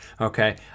Okay